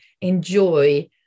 enjoy